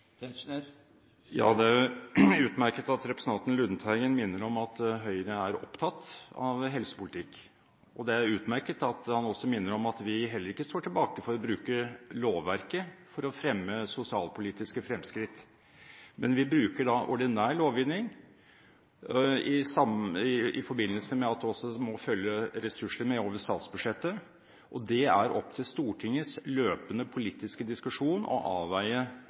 Det er jo utmerket at representanten Lundteigen minner om at Høyre er opptatt av helsepolitikk. Det er utmerket at han også minner om at vi heller ikke står tilbake for å bruke lovverket for å fremme sosialpolitiske fremskritt. Men vi bruker da ordinær lovgivning i forbindelse med at det også må følge ressurser med over statsbudsjettet, og det er opp til Stortingets løpende politiske diskusjon å